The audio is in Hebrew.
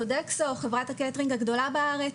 חברת הקייטרינג בארץ,